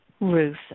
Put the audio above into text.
Ruth